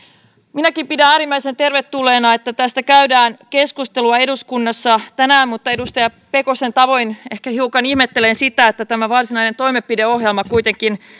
minäkin pidän äärimmäisen tervetulleena että tästä käydään keskustelua eduskunnassa tänään mutta edustaja pekosen tavoin ehkä hiukan ihmettelen sitä että tämä varsinainen toimenpideohjelma kuitenkin